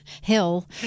Hill